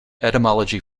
etymology